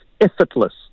effortless